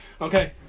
okay